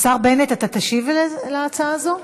השר בנט, אתה תשיב על ההצעה הזאת?